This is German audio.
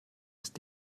ist